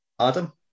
Adam